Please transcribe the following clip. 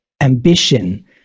ambition